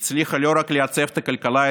הצליחה לא רק לייצב את הכלכלה,